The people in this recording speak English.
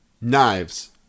Knives